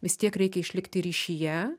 vis tiek reikia išlikti ryšyje